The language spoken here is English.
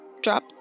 drop